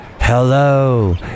Hello